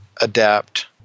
adapt